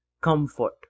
comfort